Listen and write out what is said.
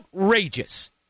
outrageous